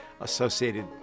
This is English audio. associated